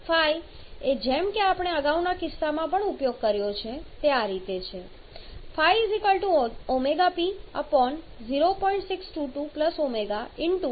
ϕ એ જેમ કે આપણે અગાઉના કિસ્સામાં પણ ઉપયોગ કર્યો છે તે આ રીતે છે Po